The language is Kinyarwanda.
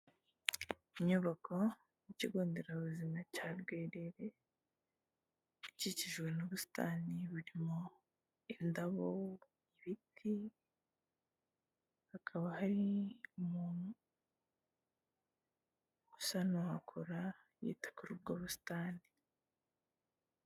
Inyubako y'ikigo nderabuzima cya Bwerere ikikijwe n'ubusitani burimo indabo, ibiti, hakaba harimo umuntu usa n'uhakura yita kuri ubwo busitani.